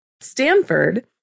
Stanford